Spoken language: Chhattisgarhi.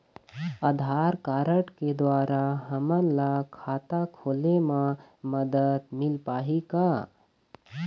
आधार कारड के द्वारा हमन ला खाता खोले म मदद मिल पाही का?